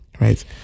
right